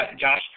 Josh